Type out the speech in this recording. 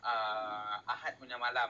uh ahad punya malam